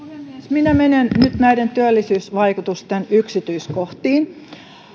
minä menen nyt näiden työllisyysvaikutusten yksityiskohtiin